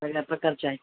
सगळ्या प्रकारच्या आहेत